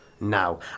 now